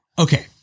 okay